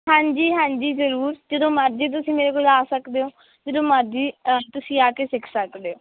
ਹਾਂਜੀ ਹਾਂਜੀ ਜ਼ਰੂਰ ਜਦੋਂ ਮਰਜ਼ੀ ਤੁਸੀਂ ਮੇਰੇ ਕੋਲ ਆ ਸਕਦੇ ਹੋ ਜਦੋਂ ਮਰਜੀ ਅ ਤੁਸੀਂ ਆ ਕੇ ਸਿੱਖ ਸਕਦੇ ਹੋ